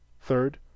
third